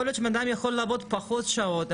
יכול להיות שבן אדם יכול לעבוד פחות שעות,